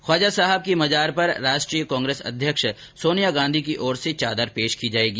ख्वाजा साहब की मजार पर राष्ट्रीय कांग्रेस अध्यक्ष सोनिया गांधी की ओर से चादर पेश की जायेगी